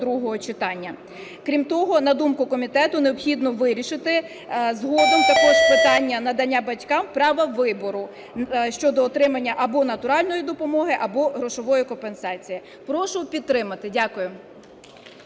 Крім того, на думку комітету, необхідно вирішити згодом також питання надання батькам права вибору щодо отримання або натуральної допомоги або грошової компенсації. Прошу підтримати. Дякую.